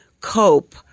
cope